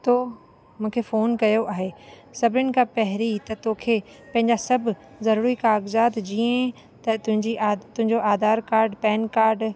तो मूंखे फोन कयो आहे सभिनि खां पहिरीं त तोखे पंहिंजा सभु ज़रूरी कागज़ात जीअं त तुंहिंजी आहे तुंहिंजो आधार कार्ड पैन कार्ड